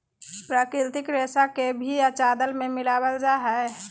प्राकृतिक रेशा के भी चादर में मिलाबल जा हइ